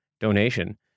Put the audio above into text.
donation